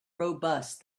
robust